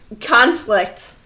conflict